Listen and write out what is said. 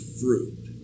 fruit